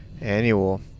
annual